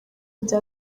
bya